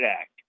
act